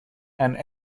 and